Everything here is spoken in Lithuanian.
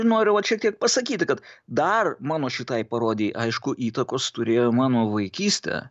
noriu vat šiek tiek pasakyti kad dar mano šitai parodijai aišku įtakos turėjo mano vaikystė